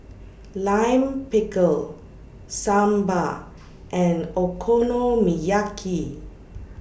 Lime Pickle Sambar and Okonomiyaki